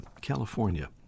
California